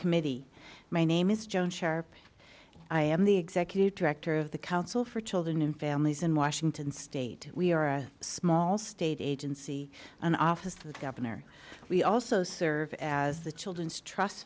committee my name is joan sharpe i am the executive director of the council for children and families in washington state we are a small state agency an office of governor we also serve as the children's trust